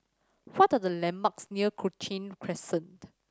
what are the landmarks near Cochrane Crescent